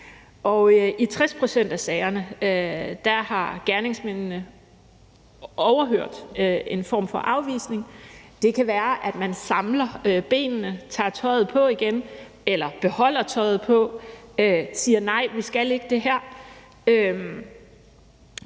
i 60 pct. af sagerne har gerningsmændene overhørt en form for afvisning – det kan være, at man samler benene, tager tøjet på igen eller beholder tøjet på og siger: Nej, vi skal ikke det her.